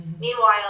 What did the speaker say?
Meanwhile